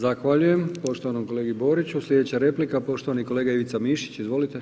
Zahvaljujem poštovanom kolegi Boriću, sljedeća replika, poštovani kolega Ivica Mišić, izvolite.